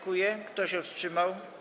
Kto się wstrzymał?